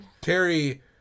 Terry